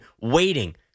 waiting